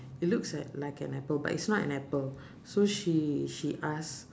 it looks li~ like an apple but it's not an apple so she she ask